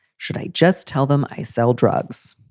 should i just tell them i sell drugs?